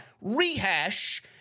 rehash